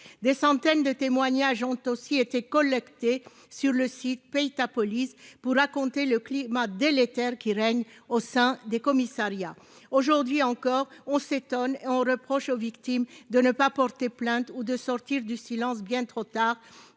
Des centaines de témoignages ont aussi été collectés sur le site « payetapolice.tumblr.com », afin de dépeindre le climat délétère qui règne au sein des commissariats. Aujourd'hui encore, on s'étonne et on reproche aux victimes de ne pas porter plainte ou de sortir du silence bien trop tard.